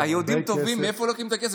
היהודים הטובים, מאיפה הם לוקחים את הכסף?